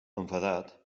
enfadat